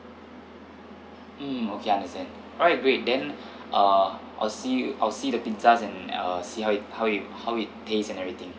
mm okay understand alright great then uh I'll see I'll see the pizzas and I'll see how it how it how it tastes and everything